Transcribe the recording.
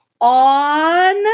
on